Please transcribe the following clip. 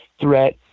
threat